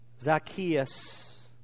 Zacchaeus